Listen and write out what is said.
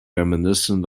reminiscent